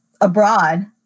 abroad